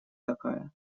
такая